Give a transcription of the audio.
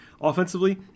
offensively